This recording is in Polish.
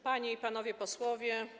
Panie i Panowie Posłowie!